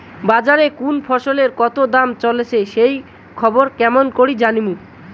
বাজারে কুন ফসলের কতো দাম চলেসে সেই খবর কেমন করি জানীমু?